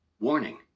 Warning